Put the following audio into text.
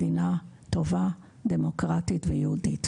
כמדינה טובה, דמוקרטית ויהודית.